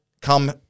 Come